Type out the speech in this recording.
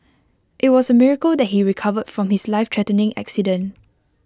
IT was A miracle that he recovered from his lifethreatening accident